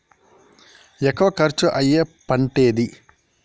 ఎక్కువ ఖర్చు అయ్యే పంటేది?